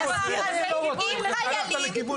מביאים חיילים,